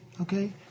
okay